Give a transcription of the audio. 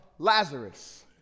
Lazarus